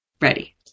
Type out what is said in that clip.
ready